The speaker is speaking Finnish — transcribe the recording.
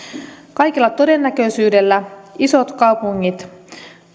kaikella todennäköisyydellä isot kaupungit